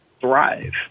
thrive